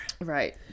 Right